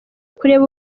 kureba